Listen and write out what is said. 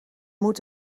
moet